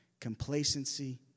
complacency